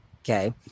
okay